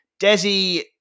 Desi